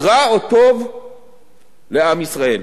רע או טוב לעם ישראל,